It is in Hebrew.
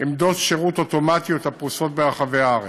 עמדות שירות אוטומטיות הפרוסות ברחבי הארץ.